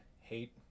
hate